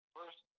First